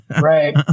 Right